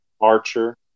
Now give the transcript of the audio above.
Archer